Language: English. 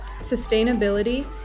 sustainability